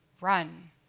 run